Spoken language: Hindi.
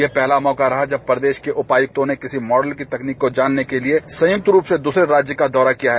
ये पहला मौका रहा जब प्रदेश के उपायुक्तों ने किसी मॉडल की तकनीक को जानने के लिए संयुक्त रूप से दूसरे राज्य का दौरा किया है